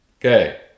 Okay